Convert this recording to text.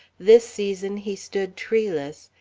this season he stood treeless,